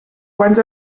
quants